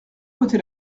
côté